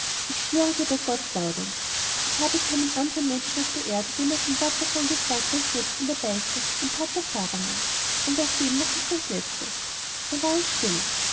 ich schwöre dir bei gott gaudenz ich habe keinem anderen menschen auf der erde jemals ein wort davon gesagt als jetzt in der beichte dem pater faramund und auch dem noch nicht das letzte da war es still